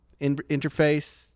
interface